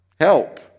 Help